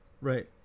right